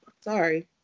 sorry